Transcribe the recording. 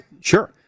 Sure